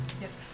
Yes